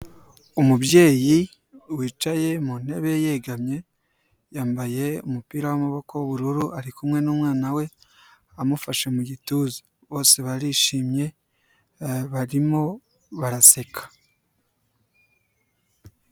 Umubyeyi wicaye mu ntebe yegamye yambaye umupira w'amaboko w'ubururu, ari kumwe n'umwana we amufashe mu gituza. Bose barishimye barimo baraseka.